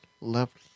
left